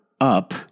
up